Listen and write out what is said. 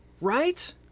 Right